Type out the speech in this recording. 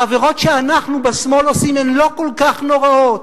העבירות שאנחנו בשמאל עושים הן לא כל כך נוראות.